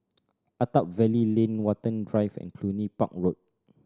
Attap Valley Lane Watten Drive and Cluny Park Road